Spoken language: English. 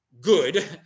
good